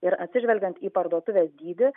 ir atsižvelgiant į parduotuvės dydį